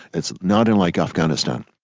that's not unlike afghanistan.